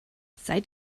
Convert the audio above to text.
seid